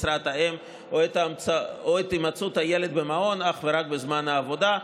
משרת האם או את הימצאות הילד במעון אך ורק בזמן העבודה.